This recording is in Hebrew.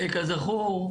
כזכור,